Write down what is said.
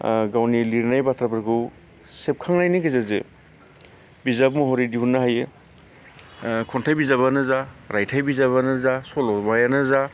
गावनि लिरनाय बाथ्राफोरखौ सेबखांनायनि गेजेरजों बिजाब महरै दिहुननो हायो खन्थइ बिजाबानो जा रायथाय बिजाबानो जा सल'मायानो जा